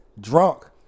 drunk